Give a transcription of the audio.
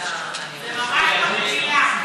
זה ממש מקבילה.